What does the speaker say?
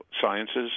sciences